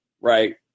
Right